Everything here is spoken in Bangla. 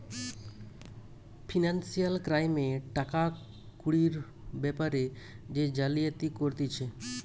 ফিনান্সিয়াল ক্রাইমে টাকা কুড়ির বেপারে যে জালিয়াতি করতিছে